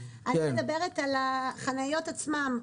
אני מדברת על החניות עצמן.